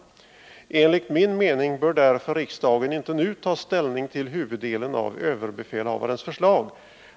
Enligt min mening bör därför riksdagen inte nu ta ställning till huvuddelen av överbefälhavarens förslag.